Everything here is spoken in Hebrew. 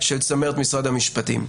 של צמרת משרד המשפטים.